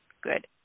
Good